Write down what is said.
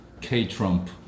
K-Trump